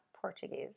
Portuguese